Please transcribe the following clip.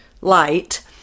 light